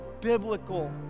biblical